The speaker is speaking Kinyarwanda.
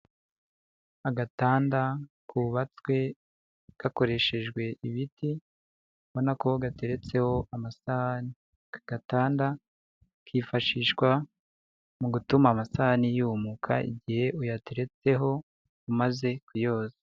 Agatanda kubatswe gakoreshejwe ibiti ubona ko gateretseho amasahani. Aka gatanda kifashishwa mu gutuma amasahani yumuka igihe uyatereretseho umaze kuyoza.